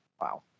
Wow